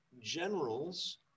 generals